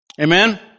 Amen